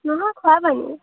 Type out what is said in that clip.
নহয় খোৱাপানী